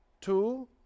two